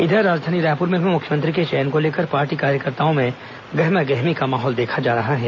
इधर राजधानी रायपूर में भी मुख्यमंत्री के चयन को लेकर पार्टी कार्यकर्ताओं में गहमा गहमी का माहौल देखा जा रहा है